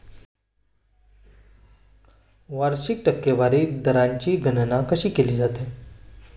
वार्षिक टक्केवारी दराची गणना कशी केली जाते?